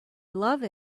love